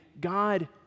God